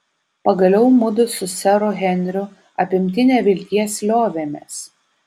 pagaliau mudu su seru henriu apimti nevilties liovėmės